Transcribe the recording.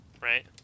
right